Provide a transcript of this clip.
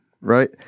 right